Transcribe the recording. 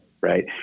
right